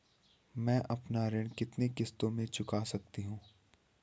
मैं अपना ऋण कितनी किश्तों में चुका सकती हूँ?